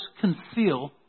conceal